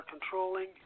controlling